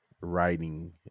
writing